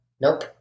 Nope